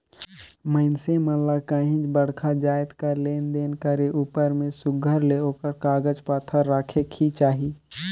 मइनसे मन ल काहींच बड़खा जाएत कर लेन देन करे उपर में सुग्घर ले ओकर कागज पाथर रखेक ही चाही